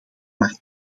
maar